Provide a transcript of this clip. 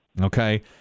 okay